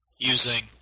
using